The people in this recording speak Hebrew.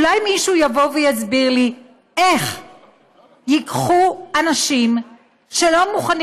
אולי מישהו יבוא ויסביר לי איך ייקחו אנשים שלא מוכנים